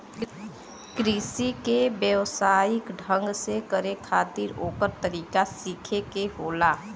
कृषि के व्यवसायिक ढंग से करे खातिर ओकर तरीका सीखे के होला